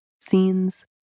scenes